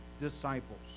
disciples